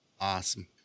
Awesome